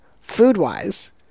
food-wise